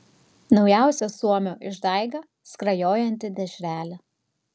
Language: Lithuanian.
naujausia suomio išdaiga skrajojanti dešrelė